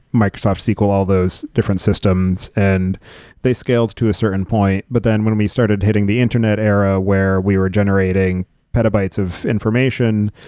microsoft sql, all those different systems and they scaled to a certain point. but then when we started hitting the internet era where we were generating petabytes of information,